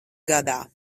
gadā